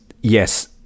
yes